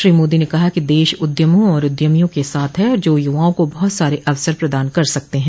श्री मोदी ने कहा कि देश उद्यमों और उद्यमियों के साथ है जो युवाओं को बहुत सारे अवसर प्रदान कर सकते हैं